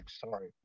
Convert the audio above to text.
sorry